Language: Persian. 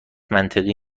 منطقی